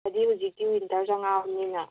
ꯍꯧꯖꯤꯛ ꯍꯧꯖꯤꯛꯇꯤ ꯋꯤꯟꯇꯔ ꯆꯪꯉꯛꯑꯕꯅꯤꯅ